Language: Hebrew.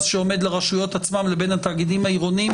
שעומד לרשויות עצמן לבין התאגידים העירוניים.